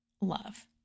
love